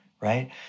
right